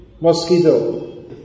mosquito